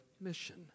mission